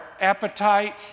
appetite